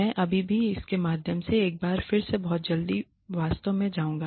मैं अभी भी इसके माध्यम से एक बार फिर से बहुत जल्दी वास्तव में जाऊँगा